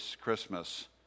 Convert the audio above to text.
Christmas